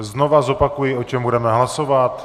Znovu zopakuji, o čem budeme hlasovat.